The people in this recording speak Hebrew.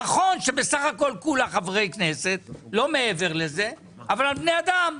נכון שבסך הכול חברי כנסת אבל בני אדם.